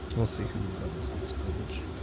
we'll see who runs this village.